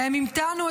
להם המתנו,